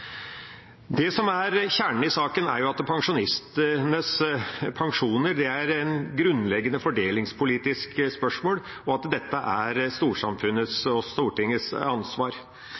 Det som er kjernen i saken, er at pensjonistenes pensjoner er et grunnleggende fordelingspolitisk spørsmål, og at dette er storsamfunnets og Stortingets ansvar.